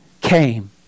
came